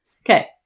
Okay